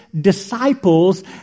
disciples